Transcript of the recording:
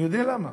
אני יודע למה,